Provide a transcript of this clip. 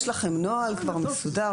יש לכם נוהל כבר מסודר,